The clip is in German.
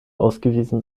ausgewiesen